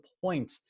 point